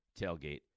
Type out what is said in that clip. tailgate